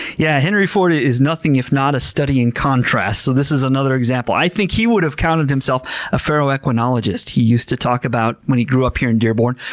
yeah henry ford is nothing if not a study in contrast. this is another example i think he would have counted himself a ferroequinologist. he used to talk about when he grew up here in dearborn,